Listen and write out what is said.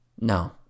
No